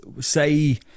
say